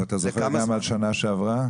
ואתה זוכר גם לגבי השנה שעברה?